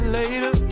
later